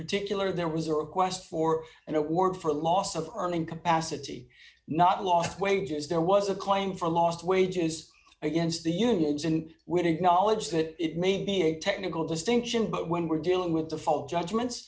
particular there was a request for an award for loss of earning capacity not lost wages there was a claim for lost wages against the unions and would acknowledge that it may be a technical distinction but when we're dealing with the full judgments